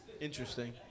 Interesting